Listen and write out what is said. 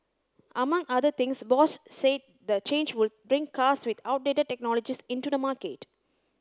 among other things Bosch said the change would bring cars with outdated technologies into the market